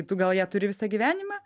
tu gal ją turi visą gyvenimą